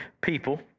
people